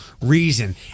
reason